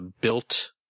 built